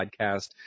Podcast